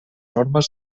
normes